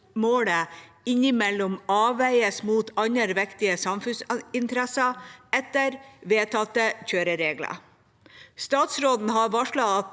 innimellom avveies mot andre viktige samfunnsinteresser, etter vedtatte kjøreregler. Statsråden har varslet at